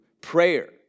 prayer